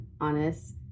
Honest